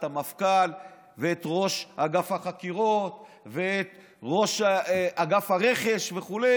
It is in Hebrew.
את המפכ"ל ואת ראש אגף החקירות ואת ראש אגף הרכש וכו'?